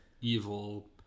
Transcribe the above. Evil